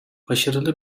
başarılı